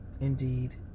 Indeed